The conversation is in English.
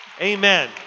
Amen